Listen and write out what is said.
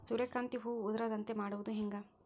ಸೂರ್ಯಕಾಂತಿ ಹೂವ ಉದರದಂತೆ ಮಾಡುದ ಹೆಂಗ್?